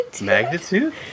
Magnitude